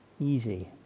Easy